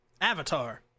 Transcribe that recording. Avatar